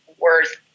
worth